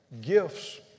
gifts